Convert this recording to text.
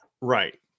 right